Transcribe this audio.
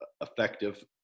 effective